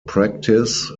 practice